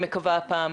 דפנה